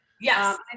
Yes